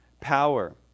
power